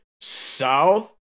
south